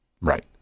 Right